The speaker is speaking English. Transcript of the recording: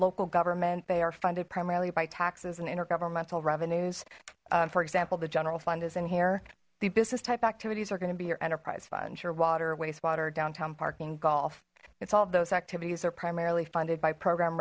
local government they are funded primarily by taxes and intergovernmental revenues for example the general fund is in here the business type activities are going to be your enterprise funds your water or wastewater downtown parking golf it's all of those activities are primarily funded by program